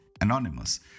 anonymous